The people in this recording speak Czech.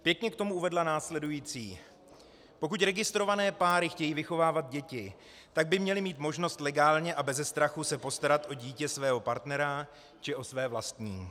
Pěkně k tomu uvedla následující: Pokud registrované páry chtějí vychovávat děti, tak by měly mít možnost legálně a beze strachu se postarat o dítě svého partnera či o své vlastní.